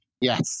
Yes